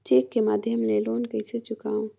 Cheque के माध्यम ले लोन कइसे चुकांव?